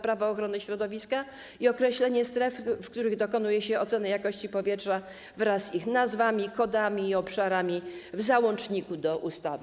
Prawo ochrony środowiska i określenie stref, w których dokonuje się oceny jakości powietrza, wraz z ich nazwami, kodami i obszarami w załączniku do ustawy.